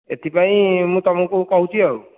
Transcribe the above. ଏଥିପାଇଁ ମୁଁ ତୁମକୁ କହୁଛି ଆଉ